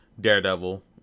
Daredevil